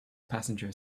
passenger